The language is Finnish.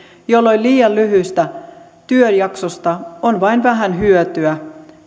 jolloin liian lyhyistä työjaksoista on vain vähän hyötyä